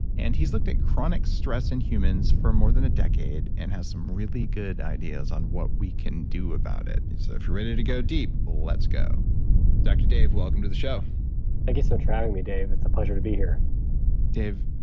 and he's looked at chronic stress in humans for more than a decade and has some really good ideas on what we can do about it. so if you're ready to go deep, let's go dr. dave, welcome to the show thank you so much for having me, dave. it's a pleasure to be here dave.